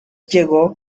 llegó